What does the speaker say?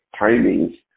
timings